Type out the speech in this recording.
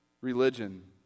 religion